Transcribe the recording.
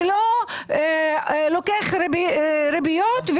שלא לוקח ריביות,